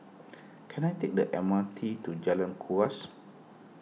can I take the M R T to Jalan Kuras